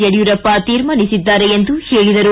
ಯಡಿಯೂರಪ್ಪ ತೀರ್ಮಾನಿಸಿದ್ದಾರೆ ಎಂದು ಹೇಳಿದರು